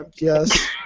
Yes